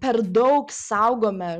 per daug saugome